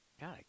God